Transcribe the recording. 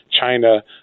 China